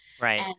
Right